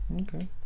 okay